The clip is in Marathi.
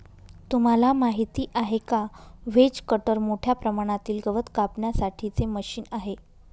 तुम्हाला माहिती आहे का? व्हेज कटर मोठ्या प्रमाणातील गवत कापण्यासाठी चे मशीन आहे